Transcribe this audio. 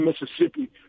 Mississippi